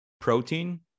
protein